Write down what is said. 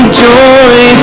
joy